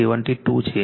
72 છે